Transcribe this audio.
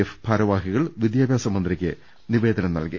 F ഭാരവാഹികൾ വിദ്യാഭ്യാസ മന്ത്രിക്ക് നിവേദനം നൽകി